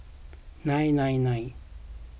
nine nine nine